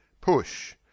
Push